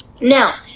Now